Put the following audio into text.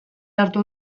hartu